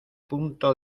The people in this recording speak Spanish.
punto